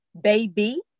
baby